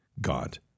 God